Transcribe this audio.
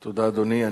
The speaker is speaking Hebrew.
תודה, אדוני.